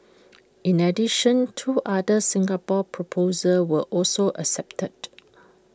in addition two other Singapore proposals were also accepted